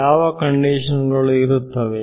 ಯಾವ ಕಂಡೀಶನ್ ಗಳು ಇರುತ್ತವೆ